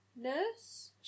nurse